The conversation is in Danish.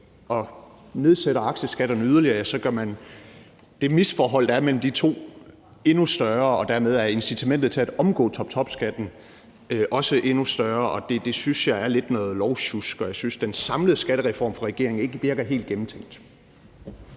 og nedsætter aktieskatterne yderligere, ja, så gør man det misforhold, der er mellem de to, endnu større, og dermed er incitamentet til at omgå toptopskatten også endnu større. Det synes jeg er lidt noget lovsjusk, og jeg synes ikke, den samlede skattereform fra regeringen virker helt gennemtænkt.